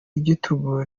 igitugu